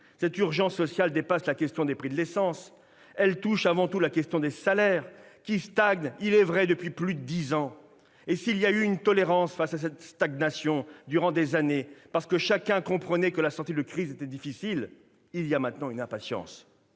Cette urgence sociale dépasse la question du prix de l'essence. Elle touche avant tout à la question des salaires, qui stagnent, il est vrai, depuis plus de dix ans. S'il y a eu durant des années une tolérance face à cette stagnation, parce que chacun comprenait que la sortie de crise était difficile, il y a maintenant une impatience.